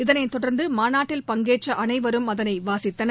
இதனைத் தொடர்ந்து மாநாட்டில் பங்கேற்ற அனைவரும் அதனை வாசித்தனர்